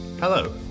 Hello